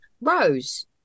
Rose